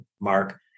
Mark